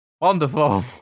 Wonderful